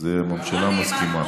זה הממשלה מסכימה.